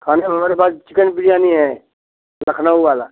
खाने में हमारे पास चिकन बिरयानी है लखनऊ वाला